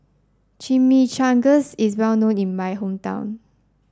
Chimichangas is well known in my hometown